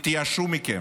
התייאשו מכם.